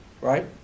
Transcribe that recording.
right